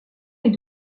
est